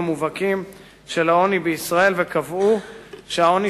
המובהקים של העוני בישראל וקבעו שהעוני